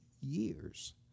years